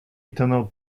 tunnel